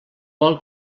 vol